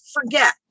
forget